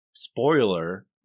Spoiler